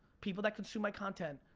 people that consume my content,